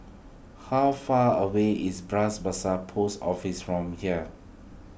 how far away is Bras Basah Post Office from here